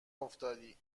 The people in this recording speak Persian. افتادی